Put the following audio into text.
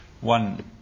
One